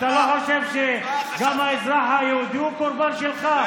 אתה לא חושב שגם האזרח היהודי הוא קורבן שלך?